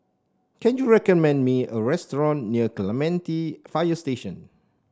can you recommend me a restaurant near Clementi Fire Station